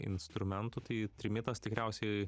instrumentų tai trimitas tikriausiai